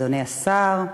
אדוני השר,